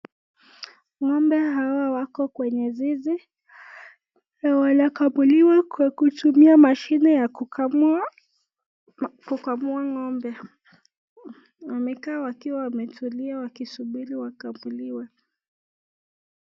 Ngombe hawa wako kwenye zizi na wanakamuliwa na mashini ya kukamua ngombe wamekaa wakiwa wametulia wakisubiri wakamuliwe.